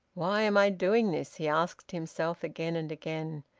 why am i doing this? he asked himself again and again.